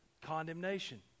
condemnation